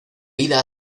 vida